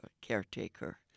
caretaker